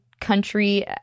country